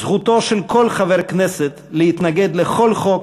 זכותו של כל חבר כנסת להתנגד לכל חוק,